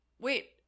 Wait